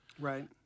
Right